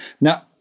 Now